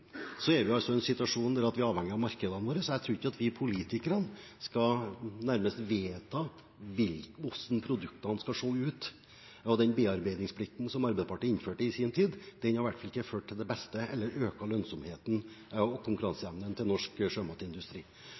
er vi altså i en situasjon der vi er avhengig av markedene våre. Jeg tror ikke at vi politikere nærmest skal vedta hvordan produktene skal se ut, og den bearbeidingsplikten som Arbeiderpartiet innførte i sin tid, har i hvert fall ikke ført til det beste, eller økt lønnsomheten og konkurranseevnen til norsk sjømatindustri.